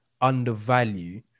undervalue